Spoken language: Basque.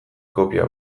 kopia